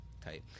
type